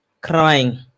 crying